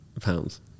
pounds